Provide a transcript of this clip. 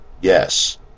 Yes